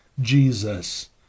Jesus